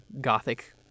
gothic